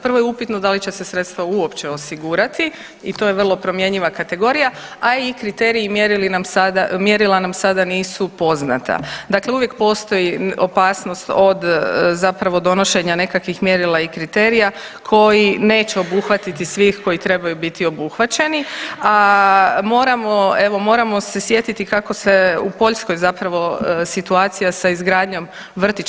Prvo je upitno da li će se sredstva uopće osigurati i to je vrlo promjenjiva kategorija, a i kriterij i mjerila nam sada nisu poznata, dakle uvijek postoji opasnost od zapravo donošenja nekakvih mjerila i kriterija koji neće obuhvatiti svih koji trebaju biti obuhvaćeni, a moramo, evo moramo se sjetiti kako se u Poljskoj zapravo situacija sa izgradnjom vrtića.